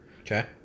Okay